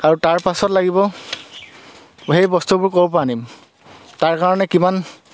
আৰু তাৰ পাছত লাগিব সেই বস্তুবোৰ ক'ৰপৰা আনিম তাৰ কাৰণে কিমান